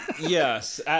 Yes